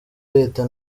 leta